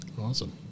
Awesome